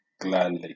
gladly